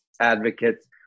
advocates